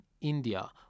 India